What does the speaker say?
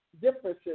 differences